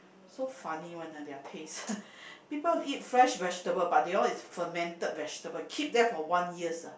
so funny one ah their taste people eat fresh vegetable but they want to eat fermented vegetable keep there for one years ah